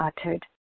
uttered